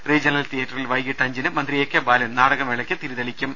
regional തിയറ്ററിൽ വൈകിട്ട് അഞ്ചിന് മന്ത്രി എ കെ ബാലൻ നാടക മേളക്ക് തിരി തെളിക്കും